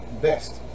best